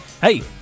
Hey